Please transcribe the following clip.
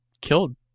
killed